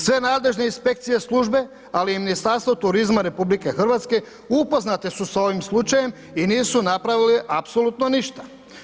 Sve nadležne inspekcije, službe ali i Ministarstvo turizma RH upoznate su s ovim slučajem i nisu napravile apsolutno ništa.